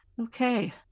okay